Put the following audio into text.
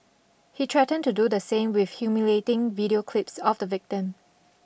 he threatened to do the same with humiliating video clips of the victim